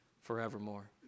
forevermore